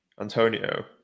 Antonio